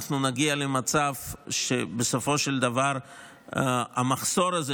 נגיע למצב שבסופו של דבר המחסור הזה,